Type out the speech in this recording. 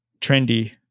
trendy